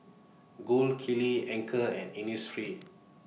Gold Kili Anchor and Innisfree